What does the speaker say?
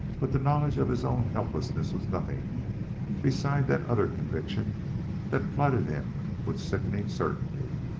but the knowledge of his own helplessness was nothing beside that other conviction that flooded him with sickening certainty